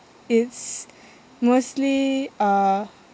it's mostly uh